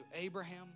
Abraham